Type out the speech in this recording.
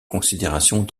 considérations